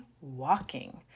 walking